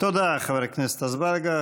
תודה, חבר הכנסת אזברגה.